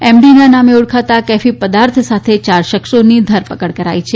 એમડીના નામે ઓળખાતા આ કેફી પદાર્થ સાથે ચાર શખ્સોની ધરપકડ કરાઇ છે